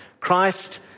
Christ